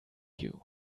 you